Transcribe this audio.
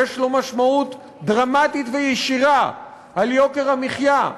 יש לו משמעות דרמטית וישירה על יוקר המחיה,